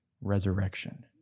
resurrection